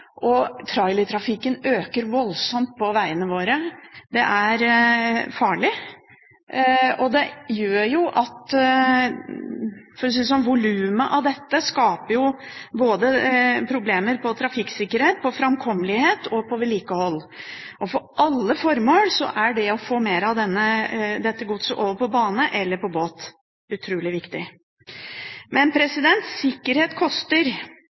og trailertrafikken øker voldsomt på vegene våre. Det er farlig, og volumet av dette skaper problemer for både trafikksikkerhet, framkommelighet og vedlikehold. For alle formål er det å få mer av dette godset over på bane eller båt, utrolig viktig. Men sikkerhet koster.